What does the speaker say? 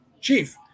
chief